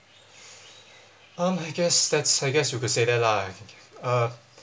um I guess that's I guess you could say that lah I think you uh